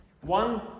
One